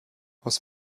aus